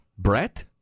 Brett